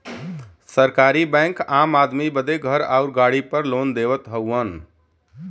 सरकारी बैंक आम आदमी बदे घर आउर गाड़ी पर लोन देवत हउवन